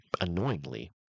annoyingly